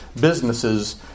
businesses